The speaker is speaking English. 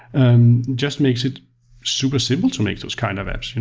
um just makes it super simple to make those kind of apps.